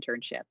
internship